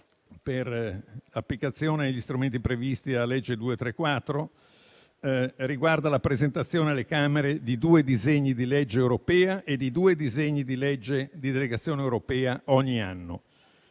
per l'applicazione degli strumenti previsti dalla legge n. 234 riguarda la presentazione alle Camere di due disegni di legge europea e di due disegni di legge di delegazione europea ogni anno.